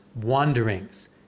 wanderings